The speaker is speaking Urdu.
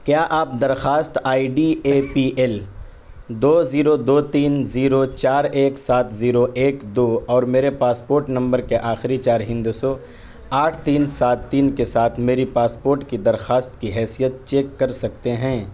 کیا آپ درخواست I D A P L دو زیرو دو تین زیرو چار ایک سات زیرو ایک دو اور میرے پاسپورٹ نمبر کے آخری چار ہندسوں آٹھ تین سات تین کے ساتھ میری پاسپورٹ کی درخواست کی حیثیت چیک کر سکتے ہیں